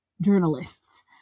journalists